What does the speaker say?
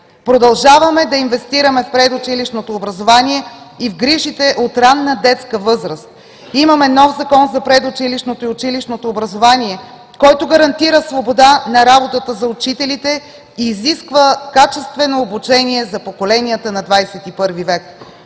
Продължаваме да инвестираме в предучилищното образование и в грижите от ранна детска възраст. Имаме нов Закон за предучилищното и училищното образование, който гарантира свобода на работата за учителите и изисква качествено обучение за поколенията на XXI век.